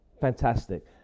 fantastic